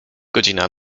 godzina